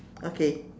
okay